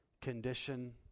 condition